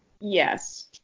yes